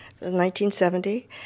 1970